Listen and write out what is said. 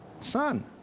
son